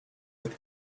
with